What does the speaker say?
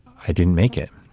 i didn't make it.